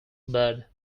but